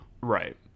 Right